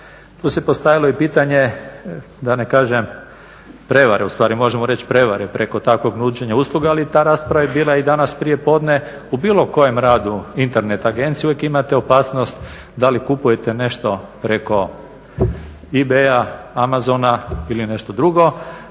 Tu se postavilo i pitanje, da ne kažem prevare, ustvari možemo reći prevare preko takvog nuđenja usluga ali je ta rasprava bila i danas prijepodne. U bilo kojem radu internet agencije uvijek imate opasnost da li kupujete nešto preko e-Baya, Amazona ili nešto drugo.